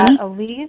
Elise